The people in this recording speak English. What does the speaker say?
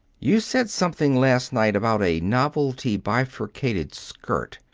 you said something last night about a novelty bifurcated skirt.